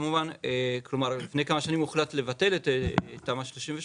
לפני כמה שנים הוחלט לבטל את תמ"א 38